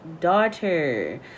daughter